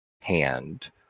hand